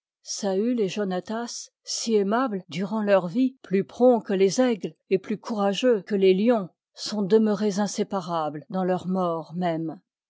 c f aimables durant leur vie plus prompts que les aigles et plus courageux que les r part lions sont demeurés inséparables dans liit i m leur mort même